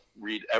read